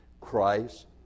Christ